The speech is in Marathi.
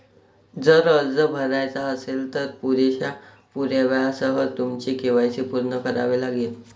जर अर्ज भरायचा असेल, तर पुरेशा पुराव्यासह तुमचे के.वाय.सी पूर्ण करावे लागेल